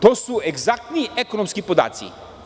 To su egzaktni ekonomski podaci.